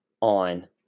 on